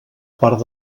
part